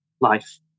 life